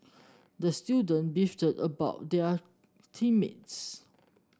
the student beefed about their team mates